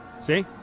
see